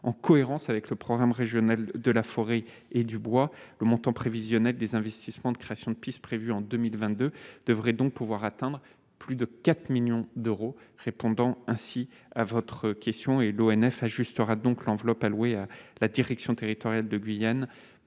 en cohérence avec le programme régional de la forêt et du bois, le montant prévisionnel des investissements de création de pistes prévue en 2022 devrait donc pouvoir atteindre plus de 4 millions d'euros, répondant ainsi à votre question, et l'ONF ajustera donc l'enveloppe allouée à la direction territoriale de Guyane.